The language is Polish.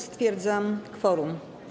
Stwierdzam kworum.